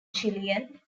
chilean